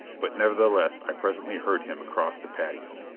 but nevertheless i presently heard him across the patio.